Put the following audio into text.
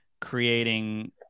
creating